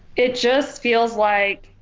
it just feels like